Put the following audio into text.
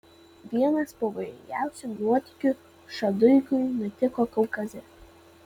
vienas pavojingiausių nuotykių šaduikiui nutiko kaukaze